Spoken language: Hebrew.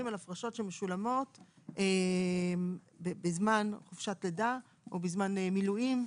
על הפרשות שמשולמות בזמן חופשת לידה או בזמן מילואים.